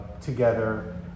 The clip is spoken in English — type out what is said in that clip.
together